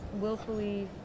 willfully